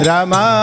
Rama